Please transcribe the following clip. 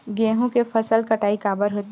गेहूं के फसल कटाई काबर होथे?